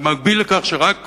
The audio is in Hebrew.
במקביל לכך שרק